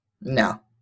No